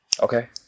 Okay